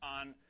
on